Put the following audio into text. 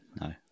no